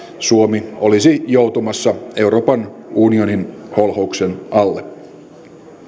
suomi olisi joutumassa euroopan unionin holhouksen alle